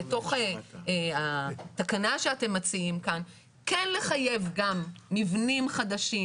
לתוך התקנה שאתם מציעים כאן כן לחייב גם מבנים חדשים,